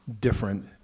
different